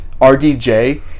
RDJ